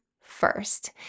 first